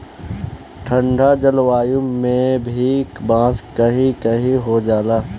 ठंडा जलवायु में भी बांस कही कही हो जाला